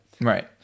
right